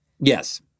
Yes